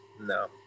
no